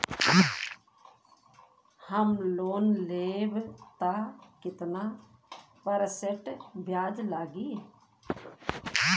हम लोन लेब त कितना परसेंट ब्याज लागी?